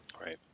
Right